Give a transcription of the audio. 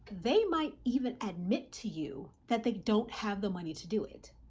they might even admit to you that they don't have the money to do it,